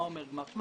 מה אומר גמ"ח?